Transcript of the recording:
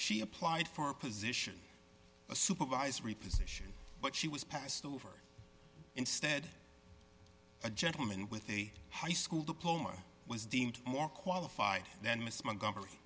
she applied for a position a supervisory position but she was passed over instead a gentleman with a high school diploma was deemed more qualified than miss montgomery